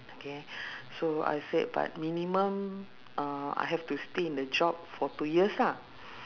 okay so I said but minimum uh I have to stay in the job for two years lah